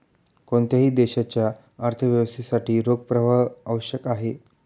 कोणत्याही देशाच्या अर्थव्यवस्थेसाठी रोख प्रवाह आवश्यक आहे